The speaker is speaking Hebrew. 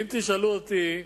אם תשאלו אותי,